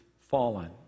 fallen